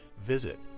visit